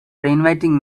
inviting